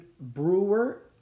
Brewer